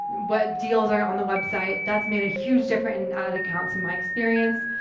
what deals are on the website that's made a huge different in ad accounts in my experience.